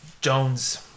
Jones